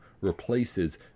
replaces